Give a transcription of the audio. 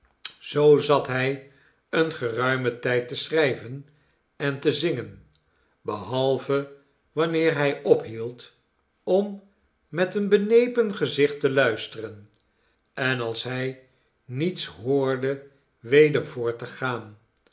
zoo zat hij een geruimen tijd te schrijven en te zingen behalve wanneer hij ophield om met een benepen gezicht te luisteren en als hij niets hoorde weder voort te gaan